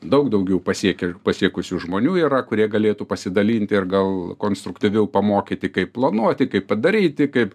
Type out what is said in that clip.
daug daugiau pasiekę pasiekusių žmonių yra kurie galėtų pasidalinti ir gal konstruktyviau pamokyti kaip planuoti kaip padaryti kaip